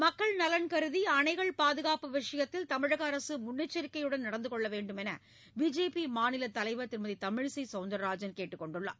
மக்கள் நலன் கருதி அணைகள் பாதுகாப்பு விஷயத்தில் தமிழக அரசு முன்னெச்சரிக்கையுடன் நடந்து கொள்ள வேண்டுமென்று பிஜேபி மாநிலத் தலைவர் திருமதி தமிழிசை சௌந்தர்ராஜன் கேட்டுக் கொண்டுள்ளார்